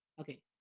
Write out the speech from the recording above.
Okay